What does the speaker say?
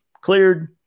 cleared